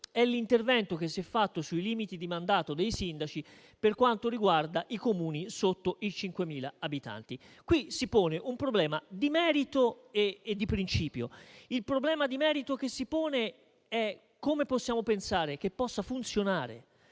è l'intervento che è stato fatto sui limiti di mandato dei sindaci per quanto riguarda i Comuni sotto i 5.000 abitanti. Qui si pone un problema di merito e di principio. Il problema di merito che si pone è il seguente. Come possiamo pensare che possa funzionare